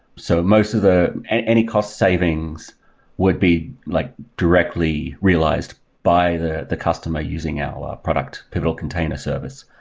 so most of the any cost savings would be like directly realized by the the customer using our product, pivotal container service,